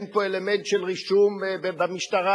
אין פה אלמנט של רישום במשטרה.